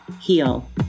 Heal